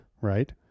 Right